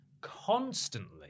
constantly